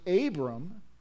Abram